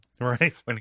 right